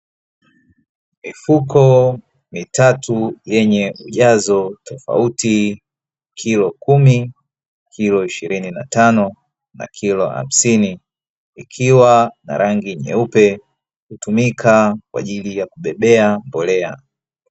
Mifuko mitatu yenye ujazo tofauti kilo kumi, kilo ishirini na tano , kilo hamsini, ikiwa na rangi nyeupe, hutumika kwaajili ya kubebea mbolea .